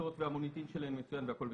פשוטות והמוניטין שלהם מצוין והכול בסדר.